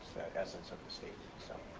essence of the statement. so.